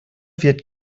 wird